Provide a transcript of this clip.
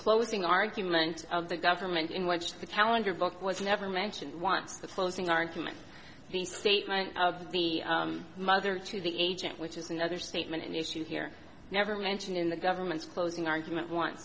closing argument of the government in which the calendar book was never mentioned once the closing argument the statement of the mother to the agent which is another statement an issue here never mentioned in the government's closing argument on